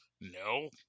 No